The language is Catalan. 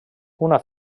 una